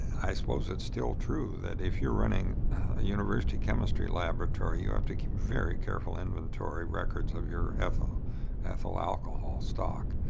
i suppose it's still true that if you're running a university chemistry laboratory, you have to keep very careful inventory records of your ethyl ethyl alcohol stock.